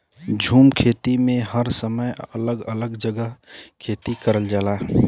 झूम खेती में हर समय अलग अलग जगह खेती करल जाला